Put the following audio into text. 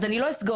אז אני לא אסגור.